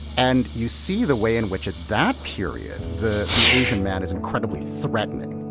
and you see the way in which at that period the the asian man is incredibly threatening,